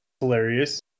hilarious